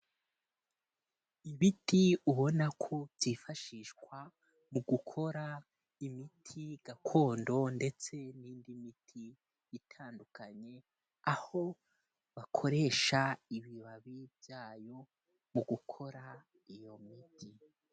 Ibiti ubona ko byifashishwa mu gukora imiti gakondo ndetse n'indi miti itandukanye, aho bakoresha ibibabi byayo mu gukora iyo miti.